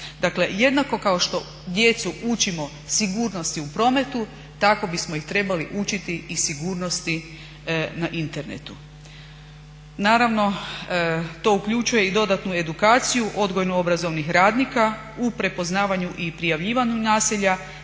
Dakle jednako kao što djecu učimo sigurnosti u prometu tako bismo ih trebali učiti i sigurnosti na internetu. Naravno, to uključuje i dodatnu edukaciju odgojno-obrazovnih radnika u prepoznavanju i prijavljivanju nasilja,